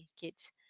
kids